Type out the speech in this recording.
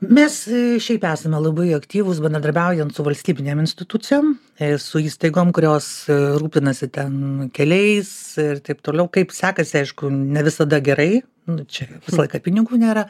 mes šiaip esame labai aktyvūs bendradarbiaujant su valstybinėm institucijom su įstaigom kurios rūpinasi ten keliais ir taip toliau kaip sekasi aišku ne visada gerai nu čia visą laiką pinigų nėra